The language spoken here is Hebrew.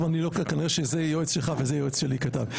טוב, כנראה שזה יועץ שלך כתב וזה יועץ שלי כתב.